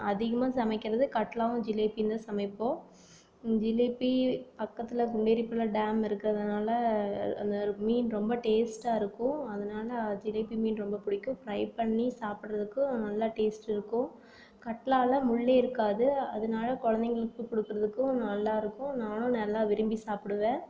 அதிகமாக சமைக்கிறது கட்லாவும் ஜிலேபியும்தான் சமைப்போம் ஜிலேபி பக்கத்தில் குண்டேரிபுலா டேம் இருக்கிறதனால அந்த மீன் ரொம்ப டேஸ்ட்டாக இருக்கும் அதனால் ஜிலேபி மீன் ரொம்ப பிடிக்கும் ஃபிரை பண்ணி சாப்பிட்றதுக்கு நல்லா டேஸ்ட் இருக்கும் கட்லாவில் முள்ளே இருக்காது அதனால குழந்தைங்களுக்கு கொடுக்குறதுக்கும் நல்லாயிருக்கும் நானும் நல்லா விரும்பி சாப்பிடுவேன்